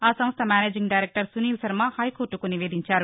ఆ సంస్ద managing director Sunil Sharma హైకోర్టుకు నివేదించారు